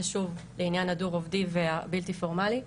זה שוב לעניין הדו-רובדי והבלתי פורמלי,